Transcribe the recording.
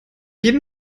jeden